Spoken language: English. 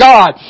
God